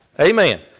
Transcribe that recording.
Amen